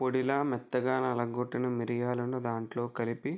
పొడిలాగ మెత్తగా నలగ కొట్టిన మిరియాలను దాంట్లో కలిపి